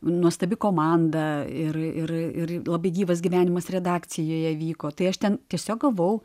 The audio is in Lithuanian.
nuostabi komanda ir ir ir labai gyvas gyvenimas redakcijoje vyko tai aš ten tiesiog gavau